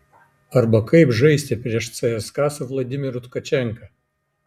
arba kaip žaisti prieš cska su vladimiru tkačenka